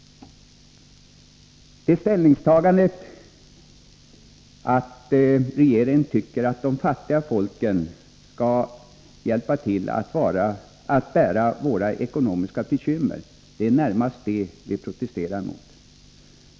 Det ställningstagande regeringen gjort innebär att regeringen tycker att de fattiga folken skall hjälpa till att bära våra ekonomiska bekymmer. Det är närmast detta vi protesterar emot.